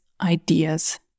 ideas